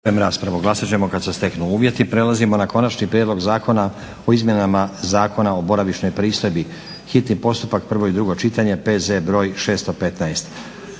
(SDP)** Prelazimo na: - Konačni prijedlog zakona o izmjenama Zakona o boravišnoj pristojbi, hitni postupak, prvo i drugo čitanje, P.Z. br. 615;